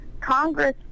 congress